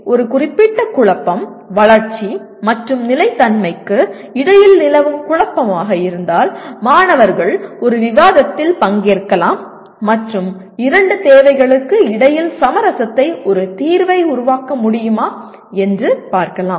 எனவே ஒரு குறிப்பிட்ட குழப்பம் வளர்ச்சி மற்றும் நிலைத்தன்மைக்கு இடையில் நிலவும் குழப்பமாக இருந்தால் மாணவர்கள் ஒரு விவாதத்தில் பங்கேற்கலாம் மற்றும் இரண்டு தேவைகளுக்கு இடையில் சமரசத்தை ஒரு சிறந்த தீர்வை உருவாக்க முடியுமா என்று பார்க்கலாம்